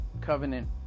covenant